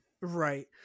Right